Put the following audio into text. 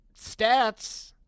stats